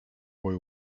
boy